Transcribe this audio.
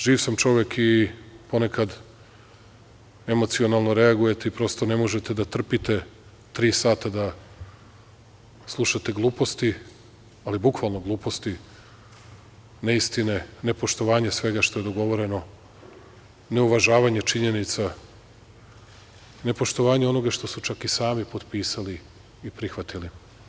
Živ sam čovek i ponekad emocionalno reagujete i prosto ne možete da trpite tri sata da slušate gluposti, ali bukvalno gluposti, neistine, nepoštovanje svega što je dogovoreno, neuvažavanje činjenica, nepoštovanje onoga što su čak i sami potpisali i prihvatili.